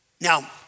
Now